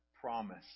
promise